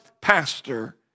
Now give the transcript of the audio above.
pastor